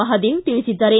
ಮಹಾದೇವ್ ತಿಳಿಸಿದ್ದಾರೆ